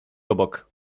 obok